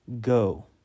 Go